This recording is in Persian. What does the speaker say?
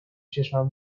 چشمم